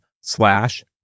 slash